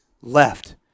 left